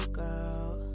girl